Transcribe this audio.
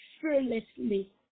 fearlessly